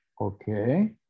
okay